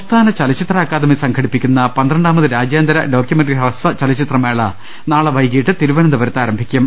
സംസ്ഥാന ചലച്ചിത്ര അക്കാദമി സംഘടിപ്പിക്കുന്ന പന്ത്രണ്ടാമത് രാജ്യാന്തര ഡോക്യുമെന്ററി ഹ്രസ്വചലച്ചിത്രമേള നാളെ വൈകിട്ട് തിരു വനന്തപുരത്ത് ആരംഭിക്കും